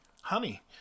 Honey